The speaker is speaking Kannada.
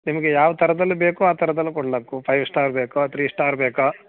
ನಿಮಗೆ ಯಾವ ಥರದಲ್ಲಿ ಬೇಕೋ ಆ ಥರದಲ್ಲಿ ಕೊಡಲಕ್ಕು ಫೈವ್ ಸ್ಟಾರ್ ಬೇಕೋ ತ್ರೀ ಸ್ಟಾರ್ ಬೇಕೋ